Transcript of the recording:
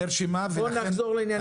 בואו נחזור לענייני הקנסות.